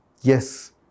Yes